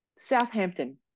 Southampton